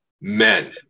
men